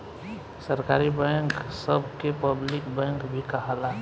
सरकारी बैंक सभ के पब्लिक बैंक भी कहाला